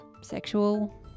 sexual